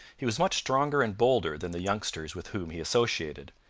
he was much stronger and bolder than the youngsters with whom he associated,